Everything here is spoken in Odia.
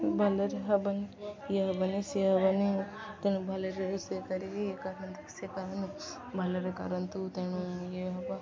ଭଲରେ ହେବନି ଇଏ ହେବନି ସିଏ ହେବନି ତେଣୁ ଭଲରେ ରୋଷେଇ କରିବି ଇଏ କରନ୍ତୁ ସେ କିନ୍ତୁ ଭଲରେ କରନ୍ତୁ ତେଣୁ ଇଏ ହେବ